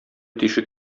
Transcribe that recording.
тишек